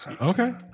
Okay